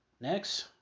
next